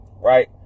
right